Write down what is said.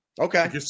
Okay